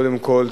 קודם כול,